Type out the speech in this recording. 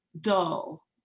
dull